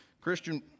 Christian